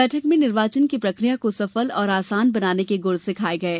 बैठक में निर्वाचन की प्रक्रिया को सफल और आसन बनाने के गुर सिखाये गये